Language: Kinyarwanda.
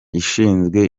ishinzwe